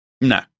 No